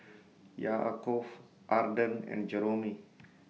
Yaakov Arden and Jeromy